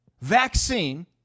vaccine